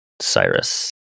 Cyrus